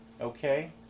okay